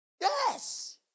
Yes